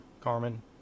Carmen